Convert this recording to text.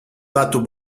datu